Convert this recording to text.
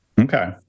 Okay